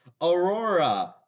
Aurora